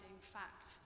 fact